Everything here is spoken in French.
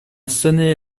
sonné